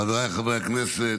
חבריי חברי הכנסת,